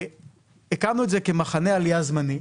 הקמנו את זה כמחנה עלייה זמני,